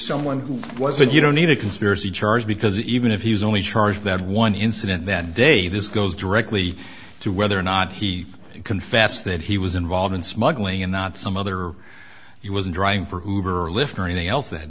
someone who wasn't you don't need a conspiracy charge because even if he was only charged that one incident that day this goes directly to whether or not he confessed that he was involved in smuggling and not some other he was driving for hoover a lift or anything else that